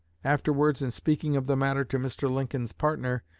afterwards, in speaking of the matter to mr. lincoln's partner,